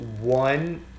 one